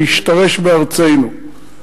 להשתרש בארצנו.